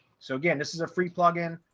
so again, this is a free plugin,